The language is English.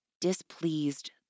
displeased